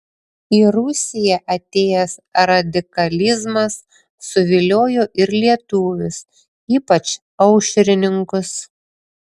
į rusiją atėjęs radikalizmas suviliojo ir lietuvius ypač aušrininkus